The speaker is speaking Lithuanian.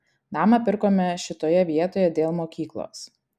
namą pirkome šitoje vietoj dėl mokyklos